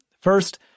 First